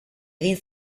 egin